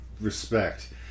respect